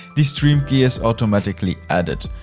the stream key is automatically added.